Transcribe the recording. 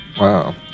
Wow